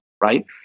right